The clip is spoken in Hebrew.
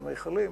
את המכלים.